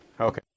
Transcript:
Okay